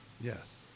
yes